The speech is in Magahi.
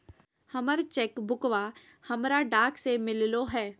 हमर चेक बुकवा हमरा डाक से मिललो हे